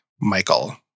Michael